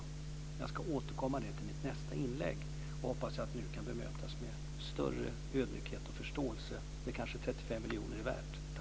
Jag ska återkomma till det i mitt nästa inlägg. Jag hoppas nu kunna bemötas med större ödmjukhet och förståelse. Det kanske 35 miljoner är värda.